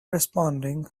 responding